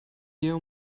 hier